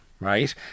right